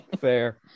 Fair